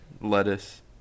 lettuce